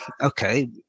okay